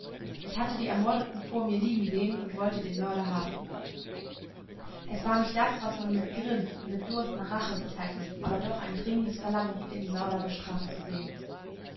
ich hatte die ermordeten vor mir liegen sehen und wollte den mörder haben es war nicht das was man mit grimm mit durst nach rache bezeichnet aber doch ein dringendes verlangen den mörder bestraft zu sehen